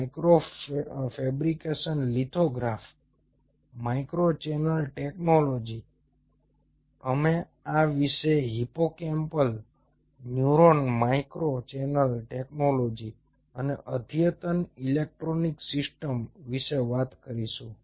micro fabrication lithography micro channel technology અમે આ વિશે hippocampal neuron micro channel technology અને અદ્યતન ઇલેક્ટ્રિકલ સિસ્ટમ્સ વિશે વાત કરીશું